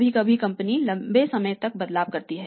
कभी कभी कंपनी लंबे समय तक बदलाव करती है